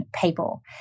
people